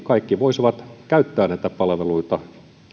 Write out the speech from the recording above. kaikki voisivat käyttää näitä palveluita